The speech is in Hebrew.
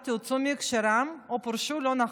שאמרתי הוצאו מהקשרם או פורשו לא נכון.